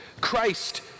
Christ